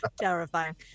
Terrifying